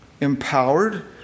empowered